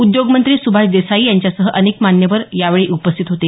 उद्योग मंत्री सुभाष देसाई यांच्यासह अनेक मान्यवर यावेळी उपस्थित होते